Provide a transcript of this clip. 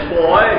boy